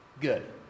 good